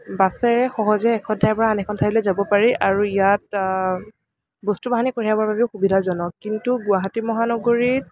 বাছেৰে সহজে এখন ঠাইৰপৰা আন এখন ঠাইলৈ যাব পাৰি আৰু ইয়াত বস্তু বাহিনী কঢ়িয়াবৰ বাবেও সুবিধাজনক কিন্তু গুৱাহাটী মহানগৰীত